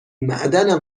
معدنم